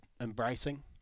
embracing